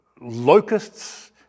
locusts